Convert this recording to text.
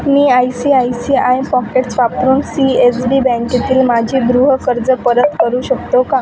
me I C I C I Pockets वापरून C S B बँकेतील माझे गृह कर्ज परत करू शकतो का